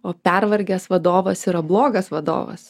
o pervargęs vadovas yra blogas vadovas